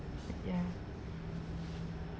ya